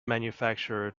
manufacturer